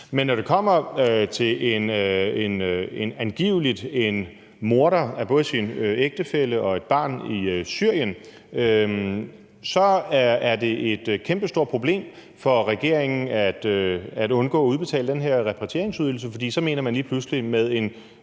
men når det kommer til en, som angiveligt har myrdet både sin ægtefælle og et barn i Syrien, er det et kæmpestort problem for regeringen at undgå at udbetale den her repatrieringsydelse, for så mener man lige pludselig med en